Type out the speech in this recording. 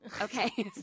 Okay